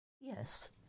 Yes